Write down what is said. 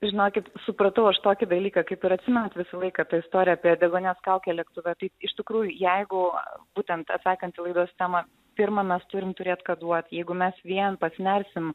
žinokit supratau aš tokį dalyką kaip ir atsimenat visą laiką tą istoriją apie deguonies kaukę lėktuve tai iš tikrųjų jeigu būtent atsakant į laidos temą pirma mes turim turėt ką duot jeigu mes vien pasinersim